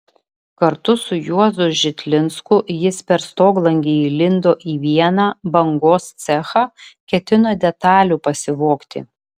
kartu su juozu žitlinsku jis per stoglangį įlindo į vieną bangos cechą ketino detalių pasivogti